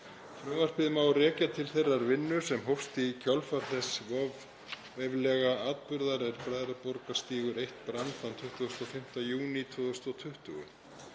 Frumvarpið má rekja til þeirrar vinnu sem hófst í kjölfar þess voveiflega atburðar er Bræðraborgarstígur 1 brann þann 25. júní 2020.